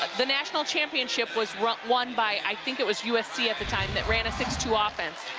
the national championship was won by i think it was usc at the time that ran a six two ah offense.